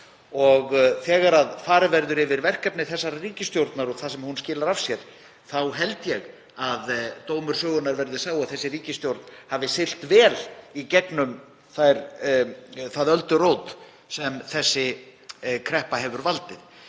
Þegar farið verður yfir verkefni þessarar ríkisstjórnar og það sem hún skilar af sér þá held ég að dómur sögunnar verði sá að hún hafi siglt vel í gegnum það öldurót sem þessi kreppa hefur valdið.